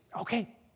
okay